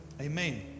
Amen